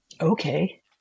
okay